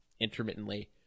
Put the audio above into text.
intermittently